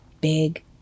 big